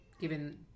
given